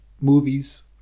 movies